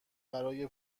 برای